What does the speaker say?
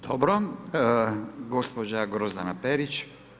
Dobro, gospođa Grozdana Perić.